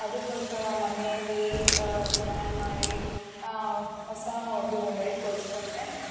ಅದಕ್ಕೋಸ್ಕರ ಮನೆಯಲ್ಲಿ ಡಿಮ್ಯಾಂಡ್ ಮಾಡಿ ಹೊಸದು ಮೊಬೈಲ್ ಕೊಡಿಸ್ಕೊಂಡೆ